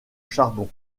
charbon